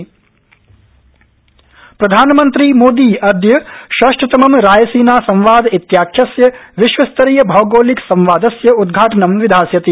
रायसीना संवाद प्रधानमन्त्री मोदी अद्य षष्ठतमं रायसीना संवाद इत्याख्यस्य विश्वस्तरीय औगोलिकसंवादस्य उद्घाटनं विधास्यति